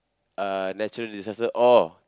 uh natural disaster or